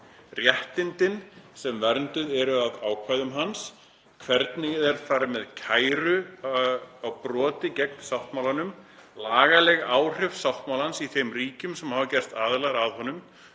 réttindin sem vernduð eru af ákvæðum hans, hvernig farið er með kæru á broti gegn sáttmálanum, lagaleg áhrif sáttmálans í þeim ríkjum sem hafa gerst aðilar að honum,